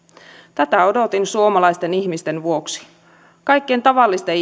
tätä odotin suomalaisten ihmisten vuoksi kaikkien tavallisten